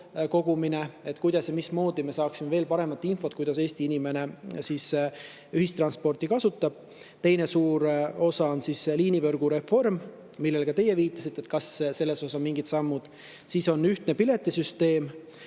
kogumine, kuidas ja mismoodi me saaksime veel paremat infot, kuidas Eesti inimene ühistransporti kasutab; teine suur osa on liinivõrgu reform, millele ka teie viitasite, et kas seal on vaja mingeid samme; siis on ühtne piletisüsteem;